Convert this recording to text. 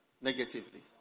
Negatively